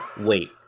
wait